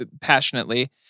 passionately